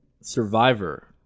Survivor